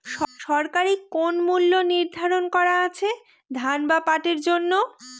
সরকারি কোন মূল্য নিধারন করা আছে ধান বা পাটের জন্য?